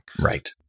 right